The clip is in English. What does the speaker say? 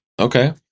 Okay